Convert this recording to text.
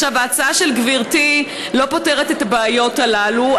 עכשיו, ההצעה של גברתי לא פותרת את הבעיות הללו.